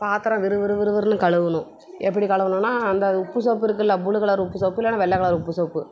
பாத்திரம் விறு விறு விறு விறுன்னு கழுவணும் எப்படி கழுவணுன்னா அந்த உப்பு சோப்பு இருக்குல்ல ப்ளூ கலரு உப்பு சோப்பு இல்லைன்னா வெள்ளை கலரு உப்பு சோப்பு